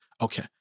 Okay